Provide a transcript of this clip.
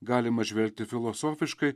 galima žvelgti filosofiškai